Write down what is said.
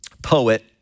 Poet